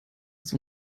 dass